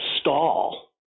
stall